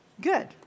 good